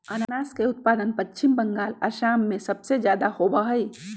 अनानस के उत्पादन पश्चिम बंगाल, असम में सबसे ज्यादा होबा हई